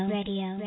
Radio